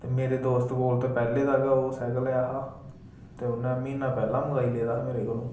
ते मेरे देस्त कोल ते पैह्लें दा गै ओह् सैकल ऐ हा ते उ'न्नै म्हीना पैह्ले मंगाई लेदा हा मेरे कोलो